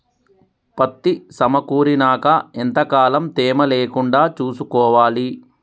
పత్తి సమకూరినాక ఎంత కాలం తేమ లేకుండా చూసుకోవాలి?